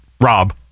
Rob